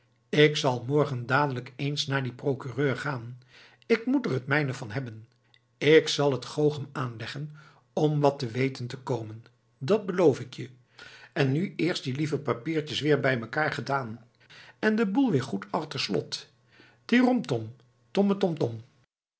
k zal morgen dadelijk eens naar dien procureur gaan k moet er het mijne van hebben k zal het goochem aanleggen om wat te weten te komen dat beloof ik je en nu eerst die lieve papiertjes weer bij mekaar gedaan en den boel weer goed achter slot tiromtom tomme tomtom